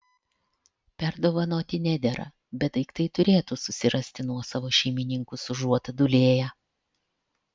perdovanoti nedera bet daiktai turėtų susirasti nuosavus šeimininkus užuot dūlėję